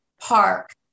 Park